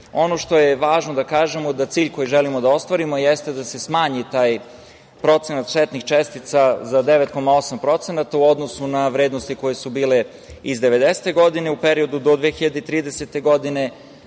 što je važno da kažemo jeste da cilj koji želimo da ostvarimo jeste da se smanji taj procenat štetnih čestica za 9,8% u odnosu na vrednosti koje su bile iz devedesete godine, u periodu do 2030. godine.